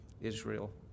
Israel